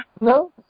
No